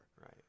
Right